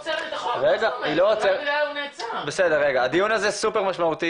זו שמייצגת את החוק מה זאת אומרת --- הדיון הזה סופר משמעותי,